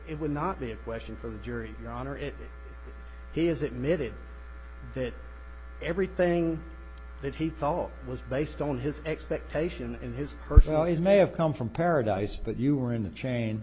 it would not be a question for the jury your honor if he has it made it that everything that he thought was based on his expectation in his personal is may have come from paradise but you were in the chain